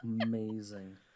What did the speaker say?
amazing